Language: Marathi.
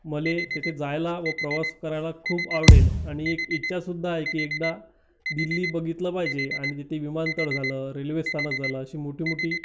मले तेथे जायला व प्रवास करायला खूप आवडेल आणि एक इच्छा सुद्धा आहे की एकदा दिल्ली बघितलं पाहिजे आणि तेथे विमानतळ झालं रेल्वेस्थानक झालं अशी मोठीमोठी